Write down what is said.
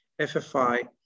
FFI